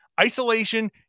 isolation